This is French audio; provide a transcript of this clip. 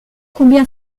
combien